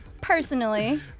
personally